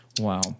Wow